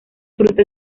fruto